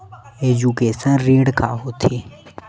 Education ऋण का होथे?